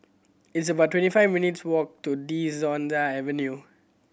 it's about twenty five minutes' walk to De Souza Avenue